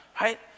right